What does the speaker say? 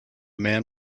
man